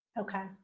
okay